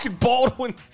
baldwin